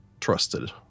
trusted